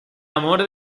amor